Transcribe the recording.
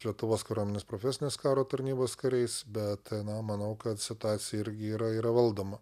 lietuvos kariuomenės profesinės karo tarnybos kariais bet na manau kad situacija irgi yra yra valdoma